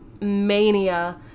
mania